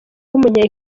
w’umunya